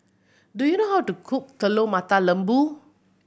do you know how to cook Telur Mata Lembu